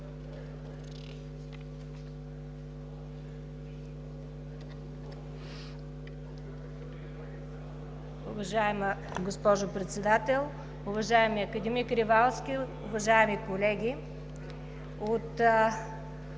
Уважаема госпожо Председател, уважаеми академик Ревалски, уважаеми колеги! От